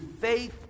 faith